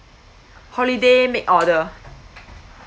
holiday make order